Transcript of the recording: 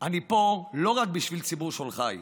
אני פה לא רק בשביל ציבור שולחיי.